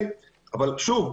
--- אבל שוב,